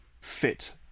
fit